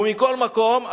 ומכל מקום,